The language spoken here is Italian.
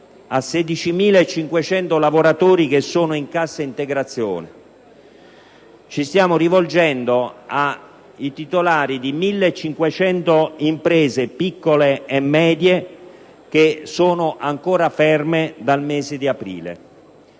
a 16.500 lavoratori che sono in cassa integrazione, nonché ai titolari di 1.500 imprese piccole e medie, ancora ferme dal mese di aprile.